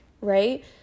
right